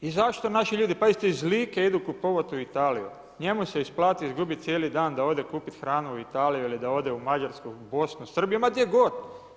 I zašto naši ljudi, pazite iz Like idu u Italiju, njemu se isplati izgubiti cijeli dan, da ode kupiti hranu u Italiju ili da ode u Mađarsku, Bosnu, Srbiju, ma gdje god.